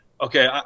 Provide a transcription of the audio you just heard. okay